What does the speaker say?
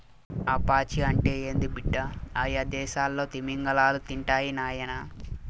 ఆ పాచి అంటే ఏంది బిడ్డ, అయ్యదేసాల్లో తిమింగలాలు తింటాయి నాయనా